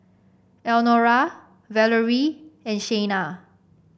Elnora Valorie and Shayna